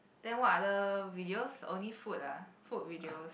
then what other videos only food ah food videos